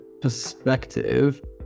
perspective